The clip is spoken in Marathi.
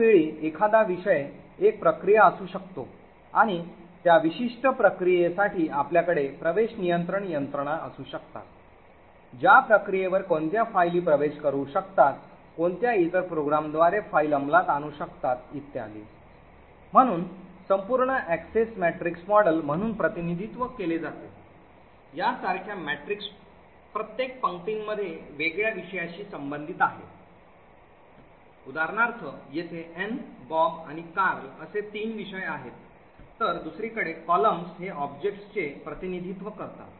त्याच वेळी एखादा विषय एक प्रक्रिया असू शकतो आणि त्या विशिष्ट प्रक्रियेसाठी आपल्याकडे access control यंत्रणा असू शकतात ज्या प्रक्रियेवर कोणत्या फायली प्रवेश करू शकतात कोणत्या इतर प्रोग्रामद्वारे फाइल अंमलात आणू शकतात इत्यादी म्हणून संपूर्ण Access Matrix model म्हणून प्रतिनिधित्व केले जाते यासारख्या मॅट्रिक्स प्रत्येक पंक्तीमध्ये वेगळ्या विषयाशी संबंधित आहे उदाहरणार्थ येथे एन बॉब आणि कार्ल Ann Bob Carl असे तीन विषय आहेत तर दुसरीकडे columns हे ऑब्जेक्ट्सचे प्रतिनिधित्व करतात